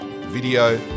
video